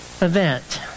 event